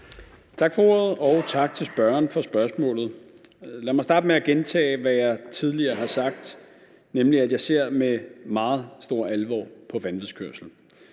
Tak for ordet, og tak til spørgeren for spørgsmålet. Lad mig starte med at gentage, hvad jeg tidligere har sagt, nemlig at jeg ser med meget stor alvor på vanvidskørsel.